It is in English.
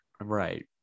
Right